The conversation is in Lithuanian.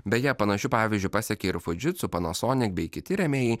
beje panašiu pavyzdžiu pasekė ir fudžitsu panasonik bei kiti rėmėjai